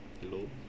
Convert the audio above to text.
hello